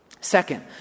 Second